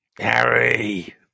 Harry